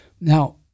Now